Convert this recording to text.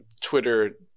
Twitter